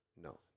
no